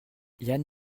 yann